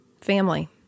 family